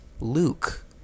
Luke